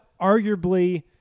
arguably